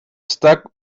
stuck